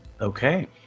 okay